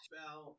Spell